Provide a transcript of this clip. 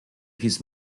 his